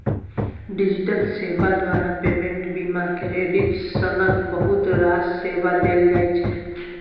digital सेबा द्वारा payment, बीमा, क्रेडिट सनक बहुत रास सेबा देल जाइ छै